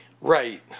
Right